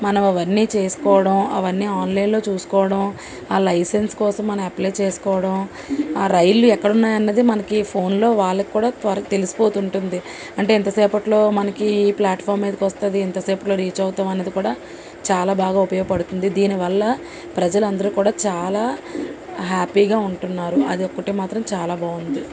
మనం అవన్నీ చేసుకోవడం అవన్నీ ఆన్లైన్లో చూసుకోవడం ఆ లైసెన్స్ కోసం మన అప్లై చేసుకోవడం ఆ రైళ్ళు ఎక్కడున్నాయి అన్నది మనకి ఫోన్లో వాళ్ళకి కూడా త్వర తెల్సిపోతుంటుంది అంటే ఎంతసేపట్లో మనకి ఏ ప్లాట్ఫాం మీదకి వస్తుంది ఎంతసేపట్లో రీచ్ అవుతాం అన్నది కూడా చాలా బాగా ఉపయోగపడుతుంది దీనివల్ల ప్రజలందరూ కూడా చాలా హ్యాపీగా ఉంటున్నారు అది ఒకటి మాత్రం చాలా బాగుంది